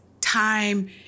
time